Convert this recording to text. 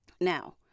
now